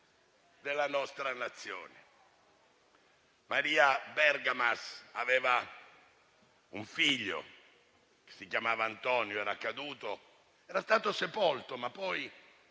della nostra Nazione. Maria Bergamas aveva un figlio, si chiamava Antonio; era caduto, era stato sepolto, ma poi,